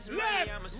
left